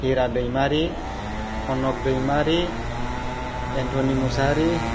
Hira Daimari Khanak Daimari Antony Mushahary